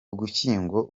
ugushyingo